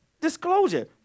disclosure